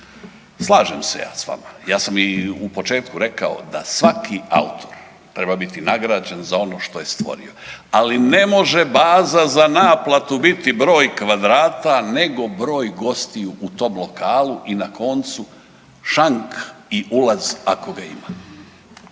Slažem se ja s vama. Ja sam i u početku rekao da svaki autor treba biti nagrađen za ono što je stvorio, ali ne može baza za naplatu biti broj kvadrata nego broj gostiju u tom lokalnu i na koncu šank i ulaz ako ga ima.